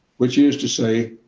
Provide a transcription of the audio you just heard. which is to say,